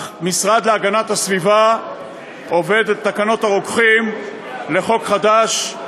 המשרד להגנת הסביבה עובד על תקנות הרוקחים לחוק חדש,